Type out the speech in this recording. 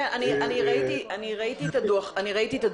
אני ראיתי את הדוח הזה.